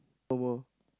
one more